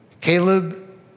Caleb